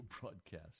broadcast